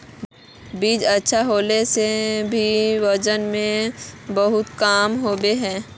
बीज अच्छा होला से भी वजन में बहुत कम होबे है?